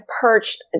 perched